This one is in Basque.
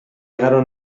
igaro